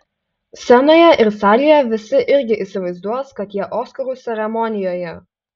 scenoje ir salėje visi irgi įsivaizduos kad jie oskarų ceremonijoje